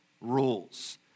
rules